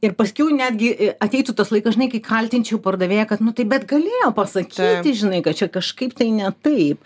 ir paskiau netgi ateitų tas laikas žinai kai kaltinčiau pardavėją kad nu tai bet galėjo pasakyti žinai kad čia kažkaip tai ne taip